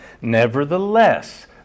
Nevertheless